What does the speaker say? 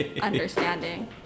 understanding